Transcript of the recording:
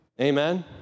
Amen